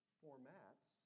formats